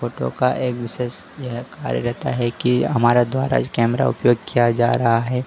photo का एक विशेष यह कार्य रहता है कि हमारे द्वारा जो कैमरा उपयोग किया जा रहा है